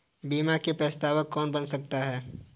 बीमा में प्रस्तावक कौन बन सकता है?